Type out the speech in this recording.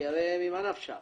כי הרי ממה נפשך.